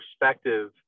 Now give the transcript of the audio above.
perspective